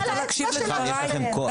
יש לנו ערוץ דיגיטלי מקוון.